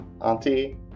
auntie